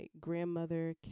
grandmother